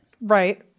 right